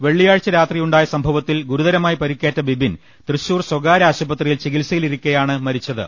വെള്ളിയാഴ്ച്ച രാത്രിയുണ്ടായ പ്രസംഭവത്തിൽ ഗുരുതരമായി പരിക്കേറ്റ ബിബിൻ തൃശ്ശൂർ സ്വകാര്യ ആശുപത്രിയിൽ ചികിത്സയിലിരിക്കെയാണ് മരി ച്ചത്